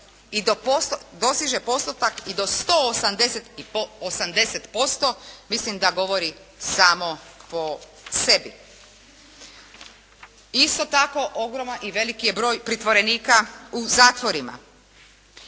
dosiže postotak i do 180% mislim da govori samo po sebi. Isto tako, ogroman i veliki je broj pritvorenika u zatvorima.